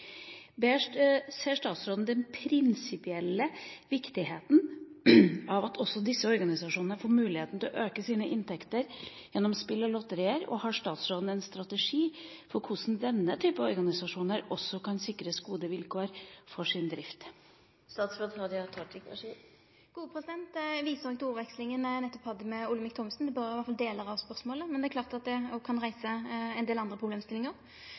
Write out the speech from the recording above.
Ser statsråden den prinsipielle viktigheten av at også disse organisasjonene får muligheten til å øke sine inntekter gjennom spill og lotterier, og har statsråden en strategi for hvordan denne type organisasjoner også kan sikres gode vilkår for sin drift?» Eg viser til ordvekslinga eg nettopp hadde med Olemic Thommessen på delar av spørsmålet, men det er klart at det òg kan reise ein del andre